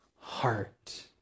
heart